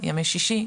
ימי שישי,